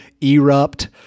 Erupt